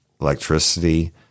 electricity